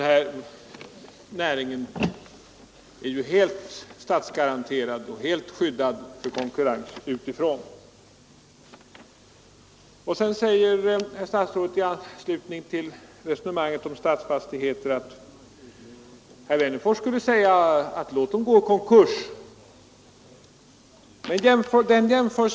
Den näringen är ju helt statsgaranterad och skyddad från konkurrens utifrån. I anslutning till resonemanget om AB Stadsfastigheter säger statsrådet Holmqvist att jag skulle säga: Låt de företag som inte klarar sig själva gå i konkurs!